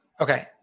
okay